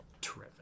terrific